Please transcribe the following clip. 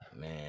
man